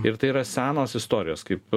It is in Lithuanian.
ir tai yra senos istorijos kaip